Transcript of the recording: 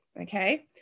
okay